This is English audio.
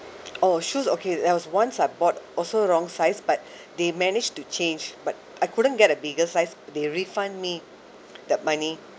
oh shoes okay there was once I bought also wrong size but they managed to change but I couldn't get a bigger size they refund me the money